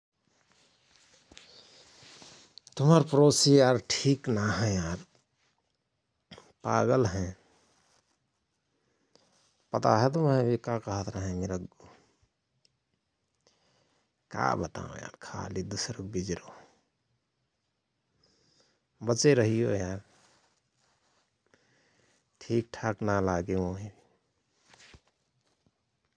तुमहर परोसी यार ठिक ना हय यार । पागल हयं । पता हय तुमहय का कहत रहय मिर अग्गु । का बताओं आर खाली दुसरेक विजरो । बचे रहियो यार ठिकठाक ना लागे मोय ।